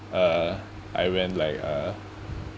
uh I went like uh